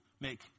make